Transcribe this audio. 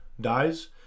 dies